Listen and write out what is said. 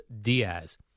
Diaz